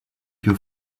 più